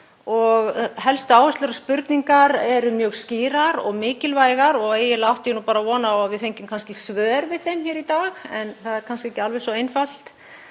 Helstu áherslur og spurningar eru mjög skýrar og mikilvægar og eiginlega átti ég von á að við fengjum svör við þeim í dag, en það er kannski ekki alveg svo einfalt.